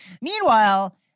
Meanwhile